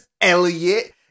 Elliot